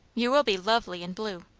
you will be lovely in blue.